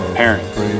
parents